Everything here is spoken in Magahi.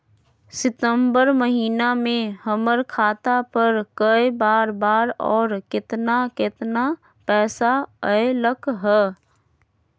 सितम्बर महीना में हमर खाता पर कय बार बार और केतना केतना पैसा अयलक ह?